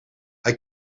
hij